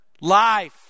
life